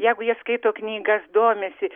jeigu jie skaito knygas domisi